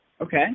Okay